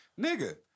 nigga